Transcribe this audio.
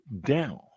down